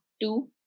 two